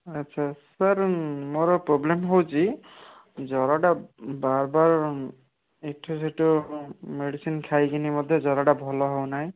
ଆଚ୍ଛା ସାର୍ ମୋର ପ୍ରୋବ୍ଲେମ୍ ହେଉଛି ଜରଟା ବାର ବାର ଏଠୁ ସେଠୁ ମେଡିସିନ୍ ଖାଇକିନି ମୋତେ ଜରଟା ଭଲ ହେଉ ନାହିଁ